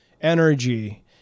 energy